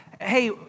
hey